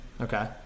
Okay